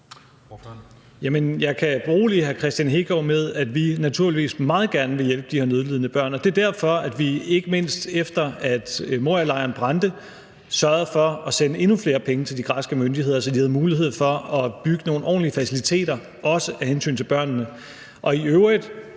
Hegaard med, at vi naturligvis meget gerne vil hjælpe de her nødlidende børn, og at det er derfor, at vi, ikke mindst efter at Morialejren brændte, sørgede for at sende endnu flere penge til de græske myndigheder, så de havde mulighed for at bygge nogle ordentlige faciliteter, også af hensyn til børnene,